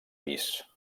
pis